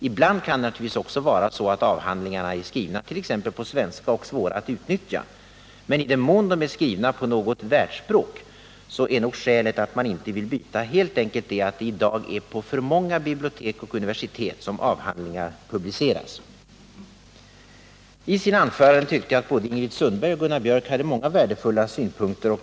Ibland kan det naturligtvis också vara så att avhandlingar är skrivna på svenska och svåra att utnyttja, men i den mån de är skrivna på något världsspråk är nog skälet till att man inte vill byta helt enkelt det att vetenskapliga avhandlingar publiceras på alltför många universitet och universitetsbibliotek. Jag tyckte att både Ingrid Sundberg och Gunnar Biörck i sina anföranden framförde många värdefulla synpunkter.